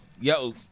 yo